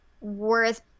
worth